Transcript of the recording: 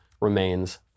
remains